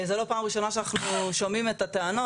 זאת לא הפעם הראשונה שאנחנו שומעים את הטענות,